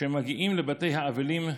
שמגיעים לבתי האבלים,